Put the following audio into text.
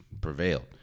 prevailed